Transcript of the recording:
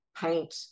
paint